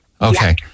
Okay